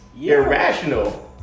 irrational